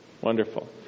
Wonderful